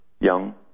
young